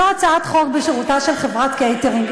זו הצעת חוק בשירותה של חברת קייטרינג,